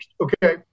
okay